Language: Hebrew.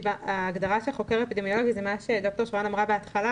הגדרה של חוקר אפידמיולוגי זה מה שדוקטור שרון אמרה בהתחלה,